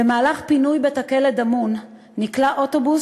במהלך פינוי בית-הכלא דמון נקלע אוטובוס